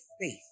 faith